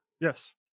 Yes